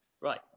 Right